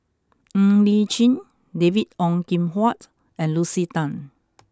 Ng Li Chin David Ong Kim Huat and Lucy Tan